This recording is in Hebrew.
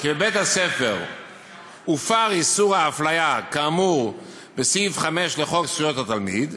כי בבית-הספר הופר איסור האפליה כאמור בסעיף 5 לחוק זכויות התלמיד,